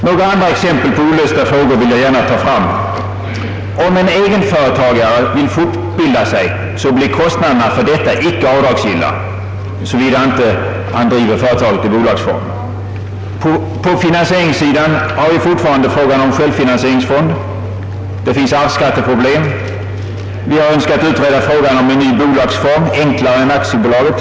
Några andra exempel på olösta frågor vill jag också gärna ta fram. Om en egen företagare vill fortbilda sig blir kostnaderna för detta icke avdragsgilla, såvida han inte driver företaget i bolagsform. På finansieringssidan har vi fortfarande frågan om en självfinansieringsfond. Det finns arvskatteproblem. Vi har önskat utreda frågan om en ny bolagsform, enklare än aktiebolaget.